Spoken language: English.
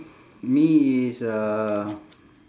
me it's uh